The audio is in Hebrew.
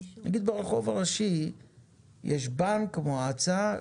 נגיד ברחוב הראשי יש בנק, מועצה,